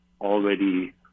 already